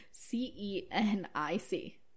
C-E-N-I-C